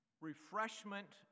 refreshment